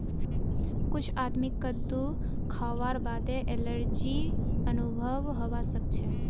कुछ आदमीक कद्दू खावार बादे एलर्जी अनुभव हवा सक छे